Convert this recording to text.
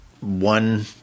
one